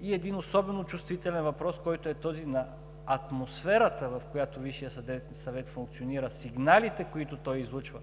и един особено чувствителен въпрос, който е този за атмосферата, в която Висшият съдебен съвет функционира, сигналите, които той излъчва